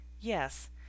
yes